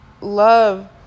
love